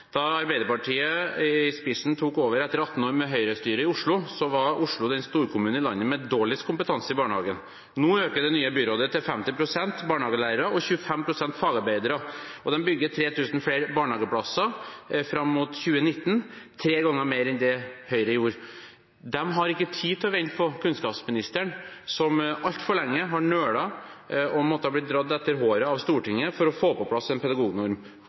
Da Arbeiderpartiet i spissen tok over etter 18 år med høyrestyre i Oslo, var Oslo den storkommunen i landet med dårligst kompetanse i barnehagen. Nå øker det nye byrådet til 50 pst. barnehagelærere og 25 pst. fagarbeidere, og de bygger 3 000 flere barnehageplasser fram mot 2019, tre ganger mer enn det Høyre gjorde. De har ikke tid til å vente på kunnskapsministeren, som altfor lenge har nølt og har måttet bli dratt etter håret av Stortinget for å få på plass en pedagognorm.